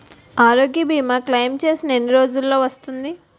ఆరోగ్య భీమా క్లైమ్ చేసిన ఎన్ని రోజ్జులో వస్తుంది?